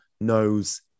knows